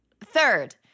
Third